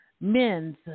men's